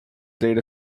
data